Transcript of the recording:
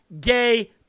gay